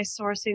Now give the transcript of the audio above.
sourcing